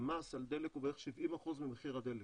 המס על דלק הוא בערך 70% ממחיר הדלק,